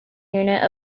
unit